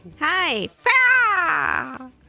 Hi